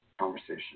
conversation